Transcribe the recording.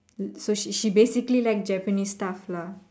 so she basically like Japanese stuff lah